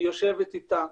היא יושבת איתה,